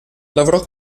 lavorò